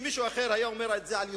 אם מישהו אחר היה אומר את זה על יהודים,